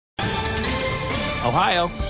Ohio